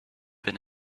been